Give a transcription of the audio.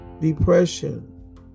Depression